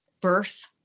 birth